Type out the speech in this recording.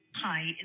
Hi